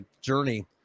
Journey